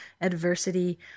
adversity